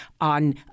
on